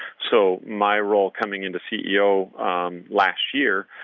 so my role coming into ceo last year,